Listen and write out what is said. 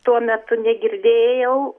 tuo metu negirdėjau